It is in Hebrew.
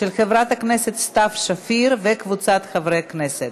של חברת הכנסת סתיו שפיר וקבוצת חברי הכנסת.